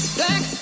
black